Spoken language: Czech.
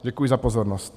Děkuji za pozornost.